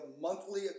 monthly